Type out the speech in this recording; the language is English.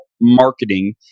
Marketing